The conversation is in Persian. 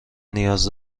نیاز